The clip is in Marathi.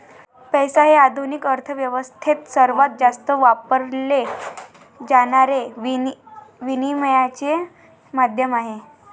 पैसा हे आधुनिक अर्थ व्यवस्थेत सर्वात जास्त वापरले जाणारे विनिमयाचे माध्यम आहे